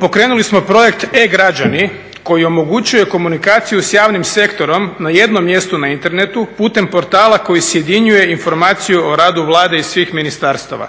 Pokrenuli smo projekt e-građani koji omogućuje komunikaciju sa javnim sektorom na jednom mjestu na internetu putem portala koji sjedinjuje informaciju o radu Vlade i svih ministarstva,